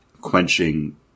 quenching